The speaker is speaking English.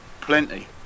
plenty